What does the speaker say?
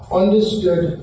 understood